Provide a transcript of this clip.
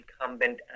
incumbent